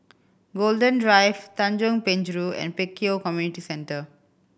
Golden Drive Tanjong Penjuru and Pek Kio Community Centre